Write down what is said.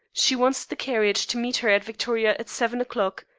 she wants the carriage to meet her at victoria at seven o'clock.